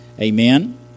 Amen